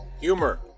Humor